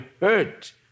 hurt